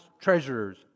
treasurers